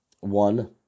One